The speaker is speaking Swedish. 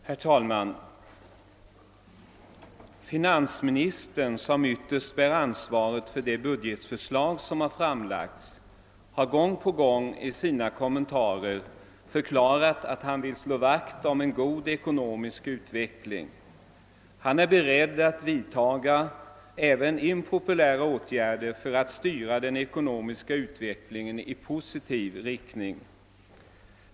Herr talman! Finansministern, som ytterst bär ansvaret för det budgetförslag som har framlagts, har gång på gång i sina kommentarer förklarat att han vill slå vakt om en god ekonomisk utveckling. Han är beredd att vidta även impopulära åtgärder för att styra den ekonomiska utvecklingen i positiv riktning.